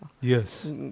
Yes